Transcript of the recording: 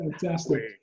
fantastic